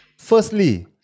Firstly